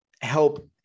help